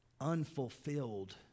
unfulfilled